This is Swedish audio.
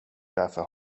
därför